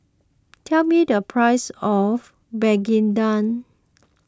tell me the price of Begedil